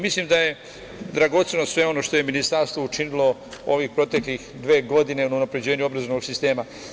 Mislim da je dragoceno sve ono što je ministarstvo učinilo ovih proteklih dve godine o unapređenju obrazovnog sistema.